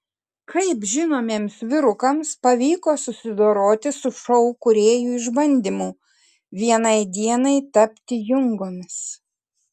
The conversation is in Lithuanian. kaip žinomiems vyrukams pavyko susidoroti su šou kūrėjų išbandymu vienai dienai tapti jungomis